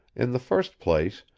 in the first place,